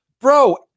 Bro